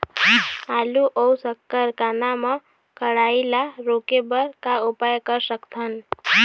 आलू अऊ शक्कर कांदा मा कढ़ाई ला रोके बर का उपाय कर सकथन?